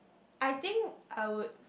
I think I would